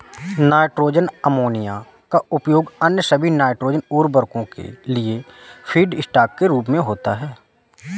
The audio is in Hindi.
नाइट्रोजन अमोनिया का उपयोग अन्य सभी नाइट्रोजन उवर्रको के लिए फीडस्टॉक के रूप में होता है